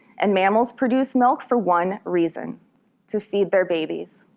and mammals produce milk for one reason to feed their babies.